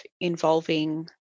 involving